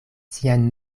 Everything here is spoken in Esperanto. siajn